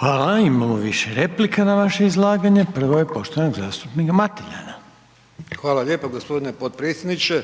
Hvala. Imamo više replika na vaše izlaganje. Prvo je poštovanog zastupnika Mateljana. **Mateljan, Damir (SDP)** Hvala lijepo gospodine potpredsjedniče.